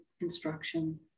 instruction